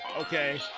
okay